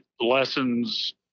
lessons